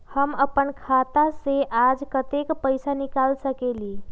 हम अपन खाता से आज कतेक पैसा निकाल सकेली?